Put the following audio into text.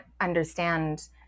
understand